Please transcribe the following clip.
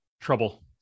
trouble